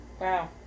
Wow